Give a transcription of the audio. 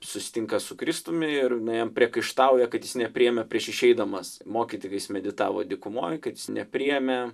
susitinka su kristumi ir jam priekaištauja kad jis nepriėmė prieš išeidamas mokyti kai jis meditavo dykumoje kad nepriėmė